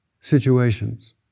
situations